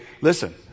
listen